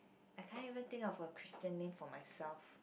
I can't even think of a Christian name for myself